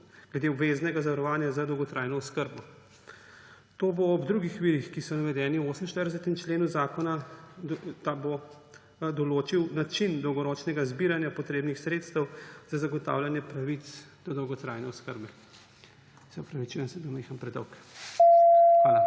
glede obveznega zavarovanja za dolgotrajno oskrbo. Ta bo ob drugih virih, ki so navedeni v 48. členu zakona, določil način dolgoročnega zbiranja potrebnih sredstev za zagotavljanje pravic do dolgotrajne oskrbe. Se opravičujem, sem bil malo predolg. Hvala.